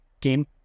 game